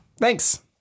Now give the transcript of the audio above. Thanks